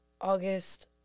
August